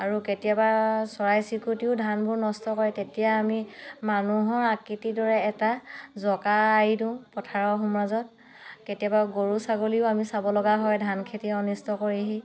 আৰু কেতিয়াবা চৰাই চিৰিকটিও ধানবোৰ নষ্ট কৰে তেতিয়া আমি মানুহৰ আকৃতি দৰে এটা জকা আঁৰি দিওঁ পথাৰৰ সোঁ মাজত কেতিয়াবা গৰু ছাগলীও আমি চাব লগা হয় ধান খেতি অনিষ্ট কৰেহি